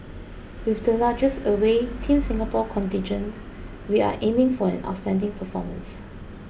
with the largest away Team Singapore contingent we are aiming for an outstanding performance